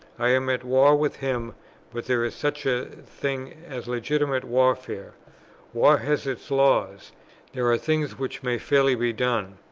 i am at war with him but there is such a thing as legitimate warfare war has its laws there are things which may fairly be done,